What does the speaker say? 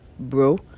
bro